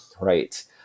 Right